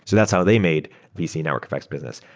so that's how they made vc network effects business.